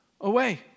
away